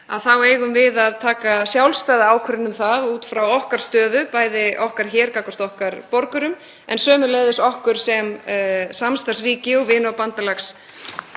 þá eigum við að taka sjálfstæða ákvörðun um það út frá okkar stöðu, bæði okkar hér gagnvart okkar borgurum en sömuleiðis okkar sem samstarfsríki og vina- og bandalagsþjóð.